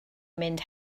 mynd